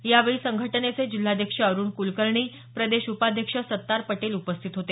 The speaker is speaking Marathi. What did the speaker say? यावेळी संघटनेचे जिल्हाध्यक्ष अरुण कुलकर्णी प्रदेश उपाध्यक्ष सत्तार पटेल उपस्थित होते